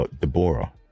Deborah